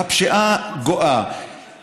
הפשיעה גואה,